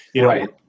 Right